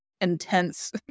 intense